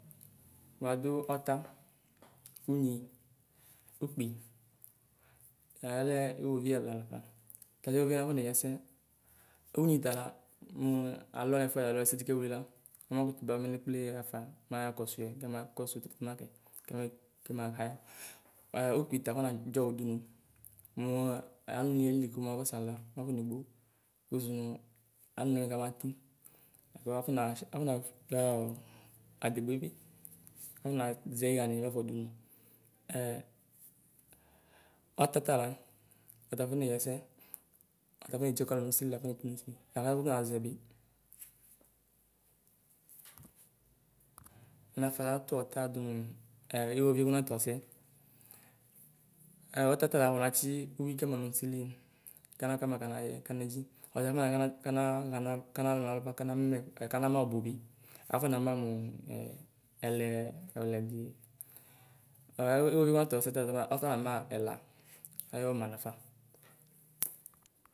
Nadu ɔta. unyi. ukpi, alɛ iwovi ɛlalafa. Tadʒa kekee afo neyi ɛsɛ unyi tala mu alɔyɔfo alo ɛsɛdi kewlee la, ɔmakutuba mɛ lekpleyɛ aafa mɛ aya kɔsue Kama kɔsu ''trɛtima'' kɛ keme kɛma ''haya''. Ɛ ukpi ta afɔ nadʒɔ udunu, muu anuni yell kafɔsanu la mafonegbo. kuzu nu anuniwa kabati. alo afɔna afɔnaɣaɔ adegbe bi. afɔnaʒɛ iɣani bafa udunu.''ɛ'' ɔtatala ɔta foneyiɛsɛ. Ɔta aduinyiti Kalu nusili akuakoneku nuti, akalu afɔnaʒɛ bɩ. Nafɔnatu ɔta dunuɛ iwovi kɔnatu ɔsɛ. Ɛ ɔtatala nafɔnatsi uyui kama nusili kana Kama kanaye kanedzi. Ɔtafɔna kana bakana kanaɣanalɔ numɛ akanama ɔbubɩ. afɔnama mu mu ɛlɛ ɛlɛdɩ. Ɛ iwo iwovi matu ɔsɛ ta afɔnama ɛla. ayɔmaɛ lafa